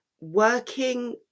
working